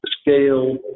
scale